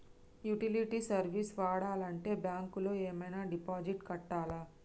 Utility service వాడాలంటే bank లో ఏమైనా డిపాజిట్ కట్టాలా?